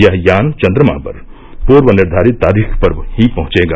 यह यान चंद्रमा पर पूर्व निर्घारित तारीख पर ही पहुंचेगा